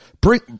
Bring